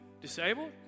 disabled